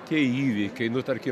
tie įvykiai nu tarkim